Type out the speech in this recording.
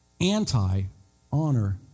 anti-honor